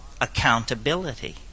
accountability